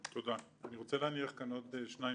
אני רוצה להניח כאן עוד שניים-שלושה